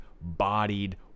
bodied